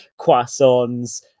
croissants